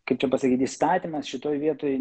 kaip čia pasakyt įstatymas šitoj vietoj